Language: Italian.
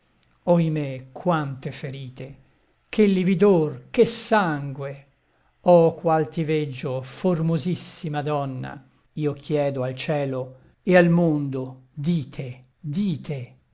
mostri oimè quante ferite che lividor che sangue oh qual ti veggio formosissima donna io chiedo al cielo e al mondo dite dite